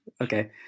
okay